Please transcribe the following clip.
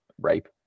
Rape